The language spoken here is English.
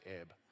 ebb